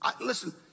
Listen